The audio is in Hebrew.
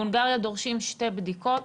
בהונגריה דורשים שתי בדיקות